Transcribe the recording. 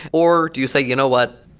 or do you say, you know what?